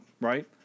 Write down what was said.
Right